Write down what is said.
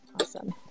Awesome